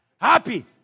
happy